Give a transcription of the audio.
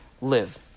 live